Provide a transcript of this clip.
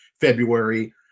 February